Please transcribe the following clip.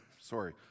Sorry